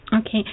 Okay